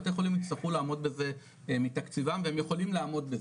בתי חולים יצטרכו לעמוד בזה מתקציבם והם יכולים לעמוד בזה.